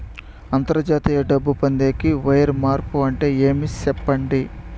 అంతర్జాతీయ డబ్బు పొందేకి, వైర్ మార్పు అంటే ఏమి? సెప్పండి?